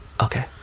Okay